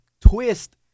twist